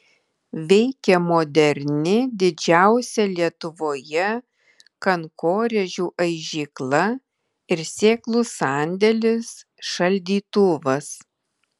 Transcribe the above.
veikia moderni didžiausia lietuvoje kankorėžių aižykla ir sėklų sandėlis šaldytuvas